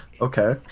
Okay